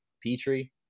petri